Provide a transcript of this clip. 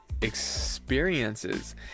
experiences